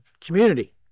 community